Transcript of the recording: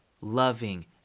loving